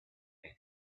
and